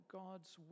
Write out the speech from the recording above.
god's